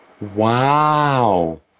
Wow